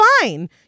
fine